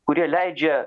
kurie leidžia